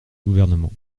gouvernement